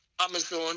Amazon